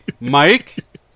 Mike